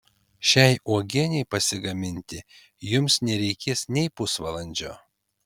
šiai uogienei pasigaminti jums nereikės nei pusvalandžio